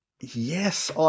Yes